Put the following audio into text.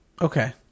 Okay